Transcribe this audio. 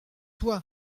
toi